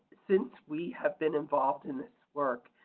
since we have been involved in this work,